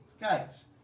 guys